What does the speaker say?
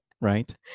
right